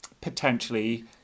Potentially